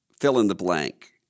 fill-in-the-blank